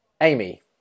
Amy